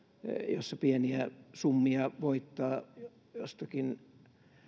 joissa pieniä summia voittaa jostakin